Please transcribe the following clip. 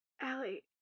Allie